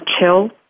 chill